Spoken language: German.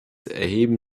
erheben